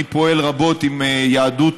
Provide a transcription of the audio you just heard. אני פועל רבות עם יהדות,